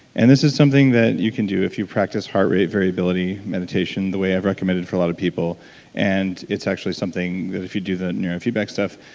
and this is something that you can do if you practice heart rate variability, meditation, the way i've recommended for a lot of people and it's actually something that if you do the neurofeedback stuff,